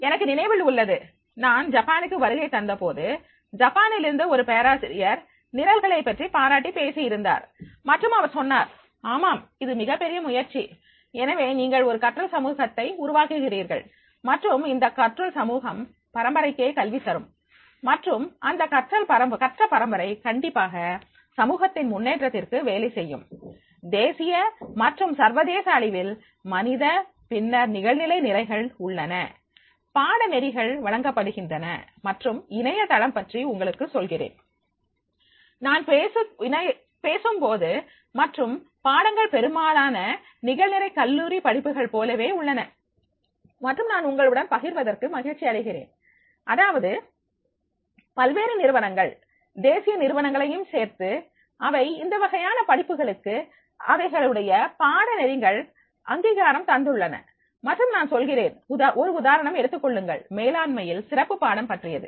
எனக்கு நினைவில் உள்ளது நான் ஜப்பானுக்கு வருகை தந்தபோது ஜப்பானிலிருந்து ஒரு பேராசிரியர் நிரல்கள் பற்றி பாராட்டி பேசி இருந்தார் மற்றும் அவர் சொன்னார் ஆமாம் இது மிக பெரிய முயற்சி எனவே நீங்கள் ஒரு கற்றல் சமூகத்தை உருவாக்குகிறீர்கள் மற்றும் அந்த கற்றல் சமூகம்பரம்பரைக்கே கல்விதரும் மற்றும் அந்த கற்ற பரம்பரை கண்டிப்பாக சமூகத்தின் முன்னேற்றத்திற்கு வேலை செய்யும் தேசிய மற்றும் சர்வதேச அளவில் மனித பின்னர் நிகழ்நிலை நிரல்கள் உள்ளன பாடநெறிகள் வழங்கப்படுகின்றன மற்றும் இணையதளம் பற்றி உங்களுக்கு சொல்கிறேன் நான் பேசும்போது மற்றும் பாடங்கள் பெரும்பாலான நிகழ்நிலை கல்லூரி படிப்புகள் போலவே உள்ளன மற்றும் நான் உங்களுடன் பகிர்வதற்கு மகிழ்ச்சி அடைகிறேன் அதாவது பல்வேறு நிறுவனங்கள் தேசிய நிறுவனங்களையும் சேர்த்து அவை இந்தவகையான படிப்புகளுக்கு அவைகளுடைய பாடநெறிகள் அங்கீகாரம் தந்துள்ளன மற்றும் நான் சொல்கிறேன் ஒரு உதாரணம் எடுத்துக்கொள்ளுங்கள் மேலாண்மையில் சிறப்பு பாடம் பற்றியது